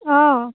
অঁ